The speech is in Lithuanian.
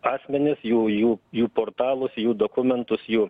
asmenis jų jų jų portalus jų dokumentus jų